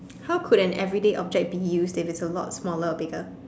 how could an everyday object be use if there's a lot smaller or bigger